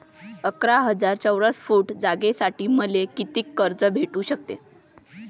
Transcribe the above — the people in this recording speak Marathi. अकरा हजार चौरस फुट जागेसाठी मले कितीक कर्ज भेटू शकते?